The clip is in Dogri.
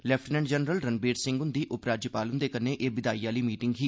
लेपिटनेंट जनरल रणबीर सिंह हुंदी उपराज्यपाल हुंदे कन्नै एह् बिदाई आह्ली मीटिंग ही